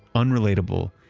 unrelatable,